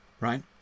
right